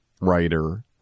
writer